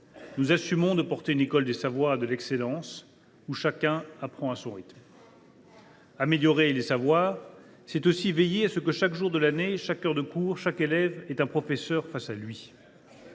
Nous assumons la défense d’une école des savoirs et de l’excellence, où chacun apprend à son rythme. « Améliorer les savoirs, c’est aussi veiller à ce que, chaque jour de l’année, chaque heure de cours, tous les élèves aient un professeur face à eux.